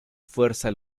fuerza